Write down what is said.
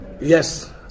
yes